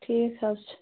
ٹھیٖک حظ چھُ